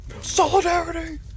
Solidarity